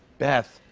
beth.